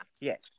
Yes